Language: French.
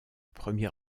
premier